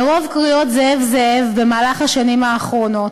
מרוב קריאות "זאב, זאב" במהלך השנים האחרונות,